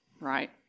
right